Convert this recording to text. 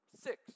Six